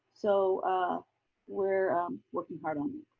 so we're working hard on that.